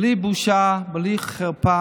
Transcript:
למה לא דרשת את זה בהסכמים